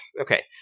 Okay